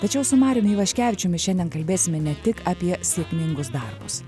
tačiau su mariumi ivaškevičiumi šiandien kalbėsime ne tik apie sėkmingus darbus